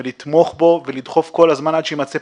לתמוך בו ולדחוף כל הזמן עד שימצא פתרון.